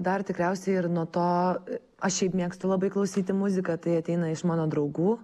dar tikriausiai ir nuo to aš šiaip mėgstu labai klausyti muziką tai ateina iš mano draugų